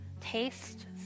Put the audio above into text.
taste